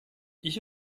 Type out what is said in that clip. ich